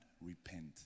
repent